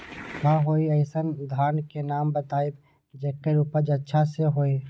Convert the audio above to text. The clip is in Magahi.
का कोई अइसन धान के नाम बताएब जेकर उपज अच्छा से होय?